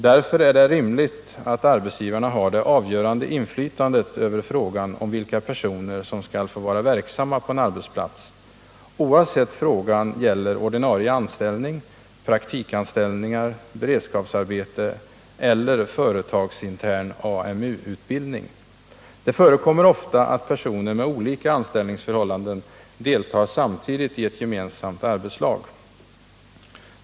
Därför är det rimligt att arbetsgivarna har det avgörande inflytandet över vilka personer som skall få vara verksamma på en arbetsplats — oavsett om det gäller ordinarie anställning, praktikanställningar, beredskapsarbete eller företagsintern AMU-utbildning. Det förekommer ofta att personer med olika anställningsförhållanden deltar samtidigt i ett gemensamt arbetslag.